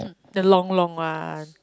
the long long one